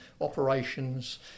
operations